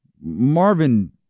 Marvin